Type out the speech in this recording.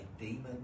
demon